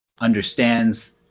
Understands